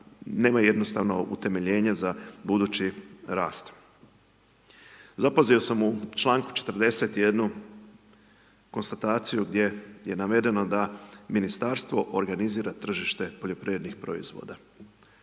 nema jednostavno utemeljenje za budući rast. Zapazio sam u čl. 40. jednu konstataciju gdje je navedeno da ministarstvo organizira tržište poljoprivrednih proizvoda.